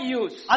use